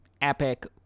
epic